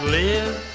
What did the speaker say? live